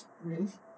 with